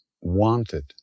wanted